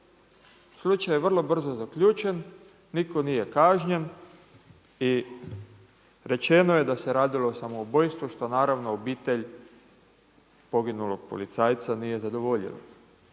slučaj je vrlo brzo zaključen. Nitko nije kažnjen i rečeno je da se radilo o samoubojstvu što naravno obitelj poginulog policajca nije zadovoljilo.